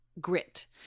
grit